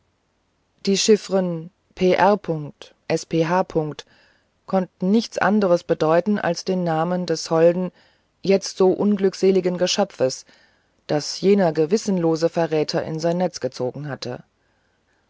jene chiffern pr sph konnten nichts anderes bedeuten als den namen des holden jetzt so unglückseligen geschöpfes das jener gewissenlose verräter in sein netz gezogen hatte